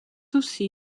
aussi